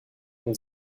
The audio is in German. und